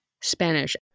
Spanish